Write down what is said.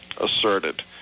asserted